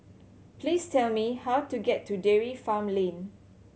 please tell me how to get to Dairy Farm Lane